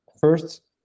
first